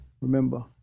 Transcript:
Remember